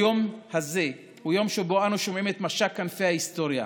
היום הזה הוא יום שבו אנו שומעים את משק כנפי ההיסטוריה.